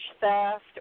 theft